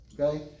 okay